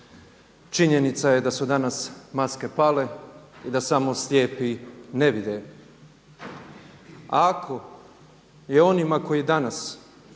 Činjenica je da su danas maske pale i da samo slijepi ne vide. Ako je onima koji danas